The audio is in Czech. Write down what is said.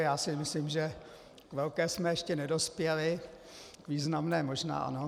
Já si myslím, že k velké jsme ještě nedospěli, významné možná ano.